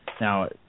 Now